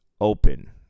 open